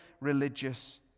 religious